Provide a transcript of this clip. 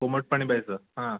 कोमट पाणी प्यायचं हां